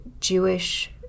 Jewish